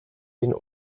den